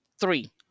three